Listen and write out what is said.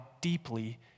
deeply